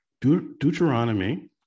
Deuteronomy